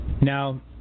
Now